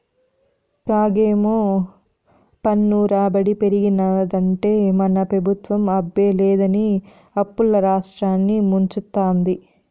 కాగేమో పన్ను రాబడి పెరిగినాదంటే మన పెబుత్వం అబ్బే లేదని అప్పుల్ల రాష్ట్రాన్ని ముంచతాంది